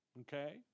Okay